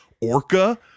orca